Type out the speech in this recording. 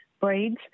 breeds